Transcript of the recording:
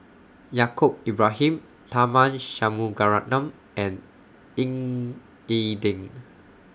Yaacob Ibrahim Tharman Shanmugaratnam and Ying E Ding